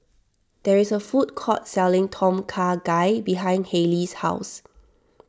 there is a food court selling Tom Kha Gai behind Haley's house